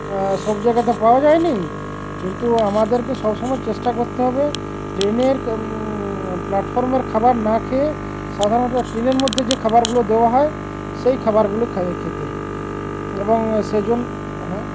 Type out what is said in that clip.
সব জায়গা তো পাওয়া যায় না কিন্তু আমাদেরকে সবসময় চেষ্টা করতে হবে ট্রেনের প্ল্যাটফর্মের খাবার না খেয়ে সাধারণত ট্রেনের মধ্যে যে খাবারগুলো দেওয়া হয় সেই খাবারগুলো খায়ে খেতে এবং সে জন্য হ্যাঁ